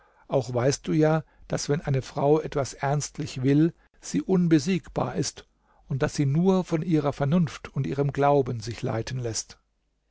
auch weißt du ja daß wenn eine frau etwas ernstlich will sie unbesiegbar ist und daß sie nur von ihrer vernunft und ihrem glauben sich leiten läßt